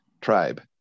tribe